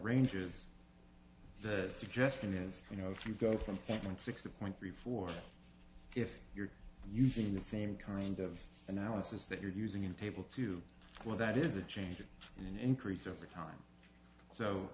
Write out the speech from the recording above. ranges the suggestion is you know you go from point six to point three four if you're using the same kind of analysis that you're using in table two well that is a change in increase over time so